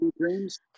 dreams